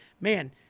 man